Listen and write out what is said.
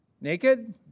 Naked